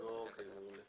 המטרה שלהם היא להפחית